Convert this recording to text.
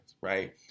right